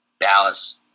Dallas